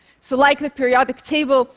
so like the periodic table,